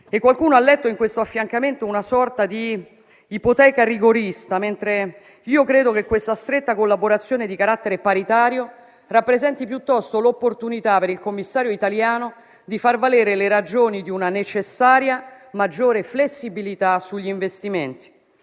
e qualcuno ha letto in questo affiancamento una sorta di ipoteca rigorista, mentre io credo che questa stretta collaborazione di carattere paritario rappresenti piuttosto l'opportunità per il commissario italiano di far valere le ragioni di una necessaria maggiore flessibilità negli investimenti;